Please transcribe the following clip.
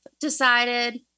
decided